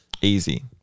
Easy